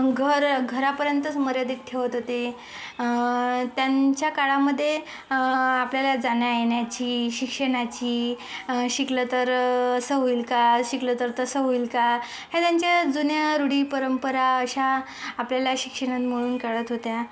घर घरापर्यंतच मर्यादित ठेवत होते त्यांच्या काळामध्ये आपल्याला जाण्या येण्याची शिक्षणाची शिकलं तर असं होईल का शिकलं तर तसं होईल का या त्यांच्या जुन्या रूढी परंपरा अशा आपल्याला शिक्षणामधून कळत होत्या